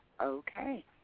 Okay